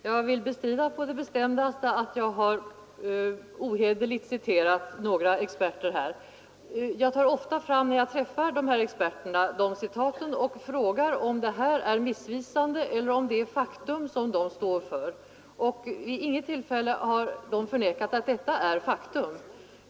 Herr talman! Jag vill på det bestämdaste bestrida att jag här har citerat några experter på ett ohederligt sätt. När jag träffar dessa experter tar jag ofta fram citaten och frågar om detta är missvisande eller om det är fakta som de kan stå för. Och vid inget tillfälle har de förnekat att detta är fakta.